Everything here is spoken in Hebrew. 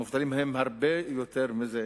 המובטלים הם מספר הרבה יותר גדול מזה.